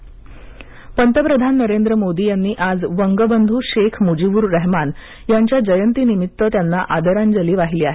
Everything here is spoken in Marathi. शेख मजीवर रहमान पंतप्रधान नरेंद्र मोदी यांनी आज वंगबंधू शेख मूजीवुर रहमान यांच्या जयंती निमित्त यांना आदरांजली वाहिली आहे